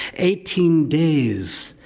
eighteen days,